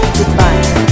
Goodbye